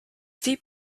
deep